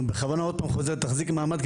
ובכוונה עוד פעם אני חוזר תחזיק מעמד,